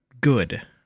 good